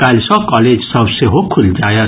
काल्हि सँ कॉलेज सभ सेहो खुलि जायत